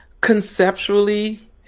Conceptually